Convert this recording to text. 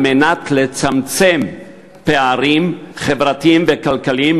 על מנת לצמצם פערים חברתיים וכלכליים,